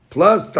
Plus